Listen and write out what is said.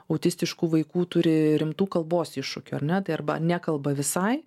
autistiškų vaikų turi rimtų kalbos iššūkių ar ne tai arba nekalba visai